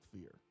fear